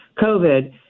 COVID